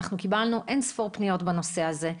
אנחנו קיבלנו אין ספור פניות בנושא הזה.